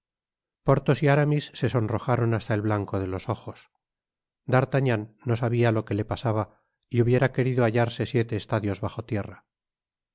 porthos y aramis se sonrojaron hasta el blanco de los ojos d'artagnan no sabia lo que le pasaba y hubiera querido hallarse siete estadios bajo tierra si